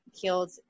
killed